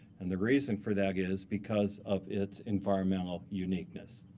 and the reason for that is because of its environmental uniqueness.